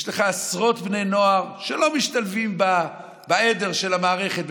יש עשרות בני נוער שלא משתלבים בעדר של המערכת.